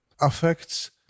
affects